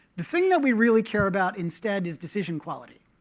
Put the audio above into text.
the thing that we really care about instead is decision quality.